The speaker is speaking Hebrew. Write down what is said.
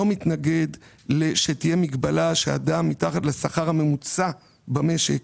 אני לא מתנגד שתהיה מגבלה שאדם מתחת לשכר הממוצע במשק,